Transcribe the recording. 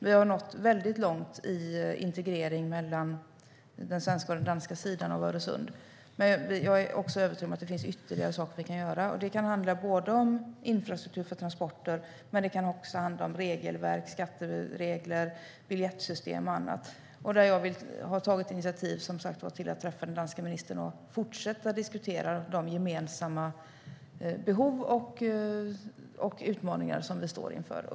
Vi har nått väldigt långt i integreringen av den svenska och den danska sidan av Öresund, men vi är övertygade om att det finns ytterligare saker vi kan göra. Det kan handla om infrastruktur för transporter, men det kan också handla om regelverk, skatteregler, biljettsystem och annat. Jag har tagit initiativ till att träffa den danske ministern och fortsätta diskutera de gemensamma behov och utmaningar som vi står inför.